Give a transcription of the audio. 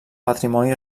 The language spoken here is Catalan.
patrimoni